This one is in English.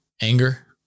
Anger